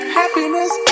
happiness